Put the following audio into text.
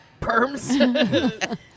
perms